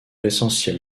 l’essentiel